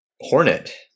Hornet